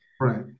right